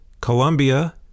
Colombia